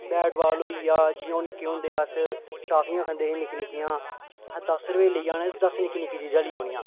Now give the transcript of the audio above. bat ball होई गेआ जि'यां हून निक्के हुंदे अस टॉफियां खंदे हे निक्की निक्कियां असें दस्स रपेऽ लेई जाने ते दस्स निक्की निक्की चीजां लेई आनियां